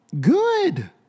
good